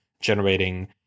generating